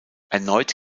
erneut